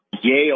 Yale